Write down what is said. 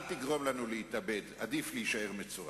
אל תגרום לנו להתאבד, עדיף להישאר מצורע.